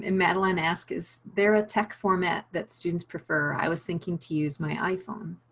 and madeline ask, is there a tech format that students prefer. i was thinking to use my iphone.